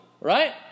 right